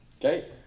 okay